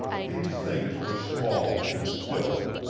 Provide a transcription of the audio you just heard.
these things were small and still,